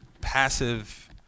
passive